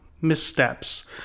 missteps